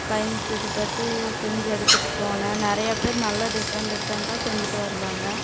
science இது பற்றி செஞ்சு எடுத்துட்டு போனேன் நிறைய பேர் நல்லா டிஃப்ரெண்ட் டிஃப்ரெண்டாக செஞ்சுட்டு வருவாங்க